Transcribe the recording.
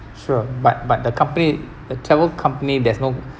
sure but but the company the travel company there's no